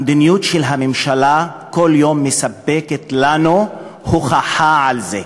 המדיניות של הממשלה כל יום מספקת לנו הוכחה על זה.